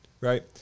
right